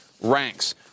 ranks